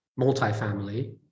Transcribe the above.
multifamily